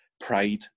pride